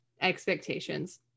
expectations